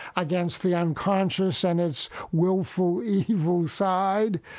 against the unconscious and its willful evil side.